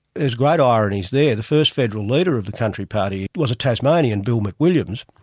there's great ironies there the first federal leader of the country party was a tasmanian, bill mcwilliams,